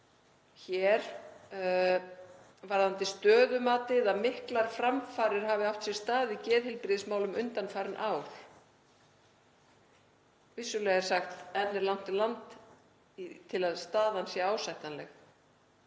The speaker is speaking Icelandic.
og varðandi stöðumatið, að miklar framfarir hafi átt sér stað í geðheilbrigðismálum undanfarin ár. Vissulega er sagt að enn sé langt í land til að staðan sé ásættanleg,